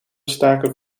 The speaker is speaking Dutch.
staken